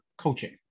coaching